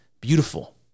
beautiful